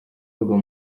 google